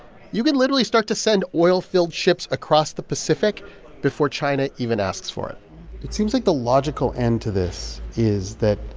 you can literally start to send oil-filled ships across the pacific before china even asks for it it seems like the logical end to this is that,